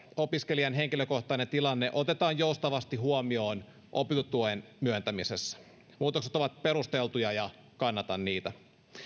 opiskelijan henkilökohtainen tilanne otetaan joustavasti huomioon opintotuen myöntämisessä muutokset ovat perusteltuja ja kannatan niitä